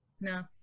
No